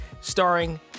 starring